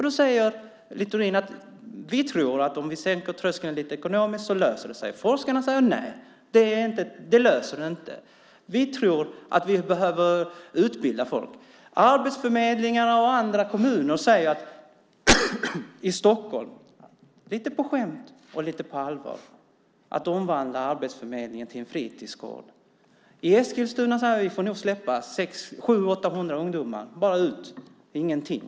Då säger Littorin: Vi tror att om vi sänker tröskeln ekonomiskt löser det sig. Forskarna säger: Nej, det löser det inte. Vi tror att vi behöver utbilda folk. Arbetsförmedlingarna, kommuner och andra i Stockholm säger, lite på skämt och lite på allvar, att arbetsförmedlingen ska omvandlas till en fritidsgård. I Eskilstuna säger de att de nog får släppa 600-800 ungdomar bara ut i ingenting.